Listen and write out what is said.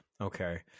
Okay